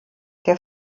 der